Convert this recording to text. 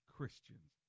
Christians